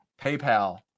PayPal